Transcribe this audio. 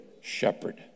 shepherd